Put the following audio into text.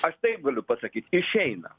aš taip galiu pasakyt išeina